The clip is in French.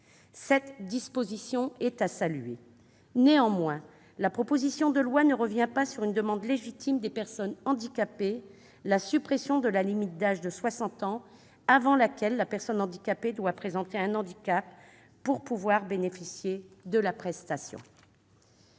Cette disposition est à saluer. Néanmoins, la proposition de loi ne revient pas sur une demande légitime des personnes handicapées : suppression de la limite d'âge de 60 ans avant laquelle la personne handicapée doit présenter un handicap pour pouvoir bénéficier de la prestation.